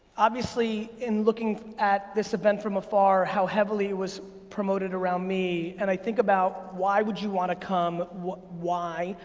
obviously, in looking at this event from afar, how heavily it was promoted around me, and i think about why would you wanna come, why,